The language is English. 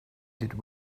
did